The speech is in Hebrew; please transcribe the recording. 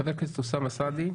חבר הכנסת אוסאמה סעדי,